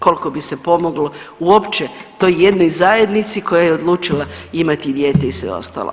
Koliko bi se pomoglo uopće toj jednoj zajednici koja je odlučila imati dijete i sve ostalo.